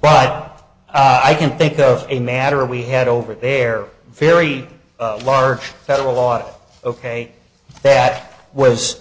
but i can think of a matter we had over there very large federal law ok that was